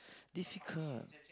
difficult